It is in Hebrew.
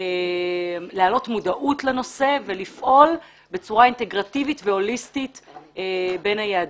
להעלות מודעות לנושא ולפעול בצורה אינטגרטיבית והוליסטית בין היעדים.